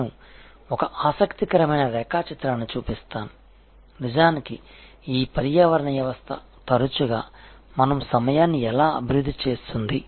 నేను ఒక ఆసక్తికరమైన రేఖాచిత్రాన్ని చూపిస్తాను నిజానికి ఈ పర్యావరణ వ్యవస్థ తరచుగా మన సమయాన్ని ఎలా అభివృద్ధి చేస్తుంది